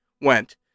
went